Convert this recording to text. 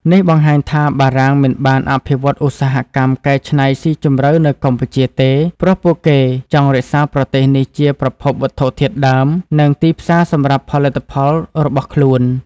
នេះបង្ហាញថា បារាំងមិនបានអភិវឌ្ឍន៍ឧស្សាហកម្មកែច្នៃស៊ីជម្រៅនៅកម្ពុជាទេ ព្រោះពួកគេចង់រក្សាប្រទេសនេះជាប្រភពវត្ថុធាតុដើម និងទីផ្សារសម្រាប់ផលិតផលរបស់ខ្លួន។